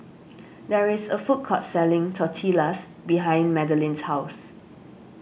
there is a food court selling Tortillas behind Madeline's house